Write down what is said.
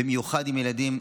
במיוחד עם ילדים,